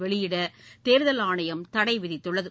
வெளியிட தேர்தல் ஆணையம் தடை விதித்துள்ளது